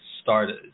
started